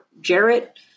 Jarrett